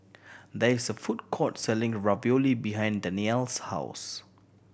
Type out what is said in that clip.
there is a food court selling Ravioli behind Dannielle's house